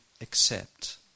accept